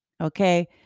Okay